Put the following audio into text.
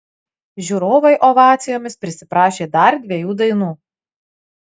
žiūrovai ovacijomis prisiprašė dar dviejų dainų